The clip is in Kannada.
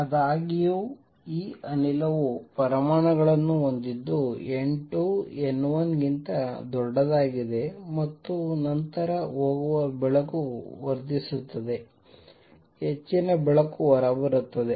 ಆದಾಗ್ಯೂ ಈ ಅನಿಲವು ಪರಮಾಣುಗಳನ್ನು ಹೊಂದಿದ್ದು N2 N1 ಗಿಂತ ದೊಡ್ಡದಾಗಿದೆ ಮತ್ತು ನಂತರ ಹೋಗುವ ಬೆಳಕು ವರ್ಧಿಸುತ್ತದೆ ಹೆಚ್ಚಿನ ಬೆಳಕು ಹೊರಬರುತ್ತದೆ